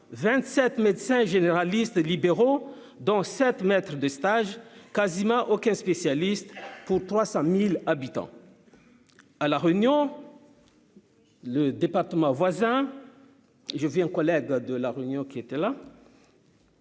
27 médecins généralistes libéraux dans cette maître de stage, quasiment aucun spécialiste pour 300000 habitants à la Réunion. Le département voisin, je viens collègue de la réunion qui était là.